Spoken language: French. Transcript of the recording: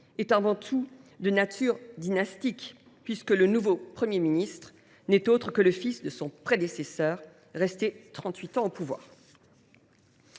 est avant tout de nature dynastique, puisque le nouveau Premier ministre n’est autre que le fils de son prédécesseur, resté trente huit ans au pouvoir.